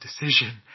decision